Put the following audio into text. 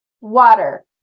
Water